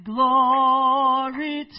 Glory